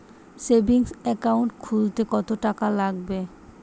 Savings account খুলতে কতটাকা লাগবে?